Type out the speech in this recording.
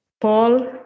Paul